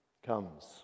comes